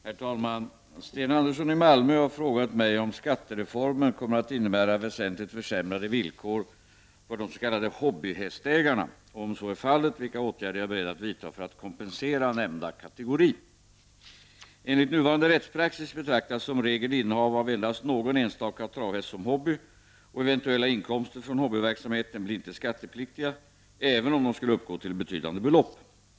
Herr talman! Sten Andersson i Malmö har frågat mig om skattereformen kommer att innebära väsentligt försämrade villkor för de s.k. hobbyhästägarna och, om så är fallet, vilka åtgärder jag är beredd att vidta för att kompensera nämnda kategori. Enligt nuvarande rättspraxis betraktas som regel innehav av endast någon enstaka travhäst som hobby och eventuella inkomster från hobbyverksamheten blir inte skattepliktiga, även om de skulle uppgå till betydande belopp.